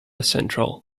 central